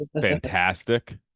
fantastic